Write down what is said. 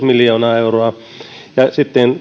miljoonaa euroa sitten